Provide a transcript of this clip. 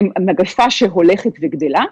מגפה שהולכת וגדלה.